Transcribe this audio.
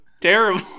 terrible